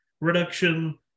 reduction